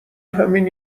همین